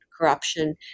corruption